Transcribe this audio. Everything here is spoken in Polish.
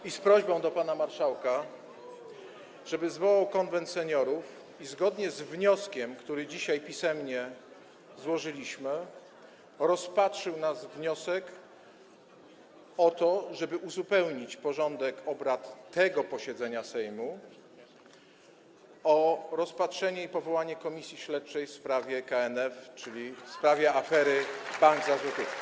i z prośbą do pana marszałka, żeby zwołał Konwent Seniorów i zgodnie z wnioskiem, który dzisiaj pisemnie złożyliśmy, rozpatrzył nasz wniosek o to, żeby uzupełnić porządek obrad tego posiedzenia Sejmu o rozpatrzenie i powołanie komisji śledczej w sprawie KNF, czyli w sprawie afery: bank za złotówkę.